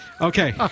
Okay